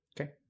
Okay